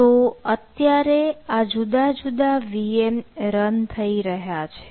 તો અત્યારે આ જુદા જુદા VM રન થઇ રહ્યા છે